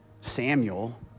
Samuel